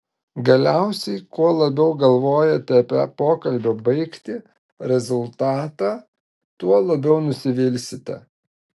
galiausiai kuo labiau galvojate apie pokalbio baigtį rezultatą tuo labiau nusivilsite